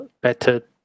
better